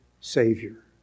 Savior